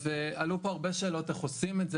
עלו פה הרבה שאלות איך עושים את זה,